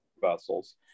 vessels